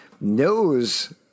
knows